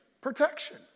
protection